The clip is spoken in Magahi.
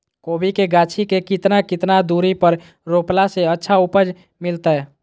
कोबी के गाछी के कितना कितना दूरी पर रोपला से अच्छा उपज मिलतैय?